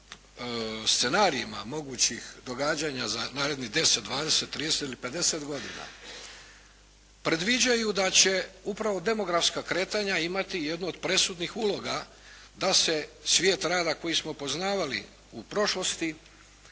scenarijima mogućih događanja za narednih 10, 20, 30 ili 50 godina predviđaju da će upravo demografska kretanja imati jednu od presudnih uloga da se svijet rada koji smo poznavali u prošlosti,